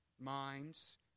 minds